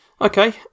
Okay